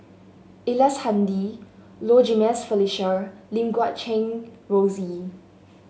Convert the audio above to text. Ellice Handy Low Jimenez Felicia Lim Guat Kheng Rosie